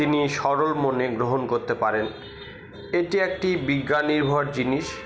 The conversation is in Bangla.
তিনি সরল মনে গ্রহণ করতে পারেন এটি একটি বিজ্ঞান নির্ভর জিনিস